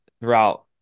throughout